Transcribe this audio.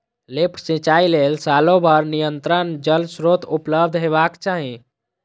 lift सिंचाइ लेल सालो भरि निरंतर जल स्रोत उपलब्ध हेबाक चाही